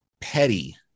petty